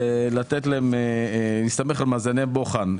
הוא להסתמך על מאזני הבוחן.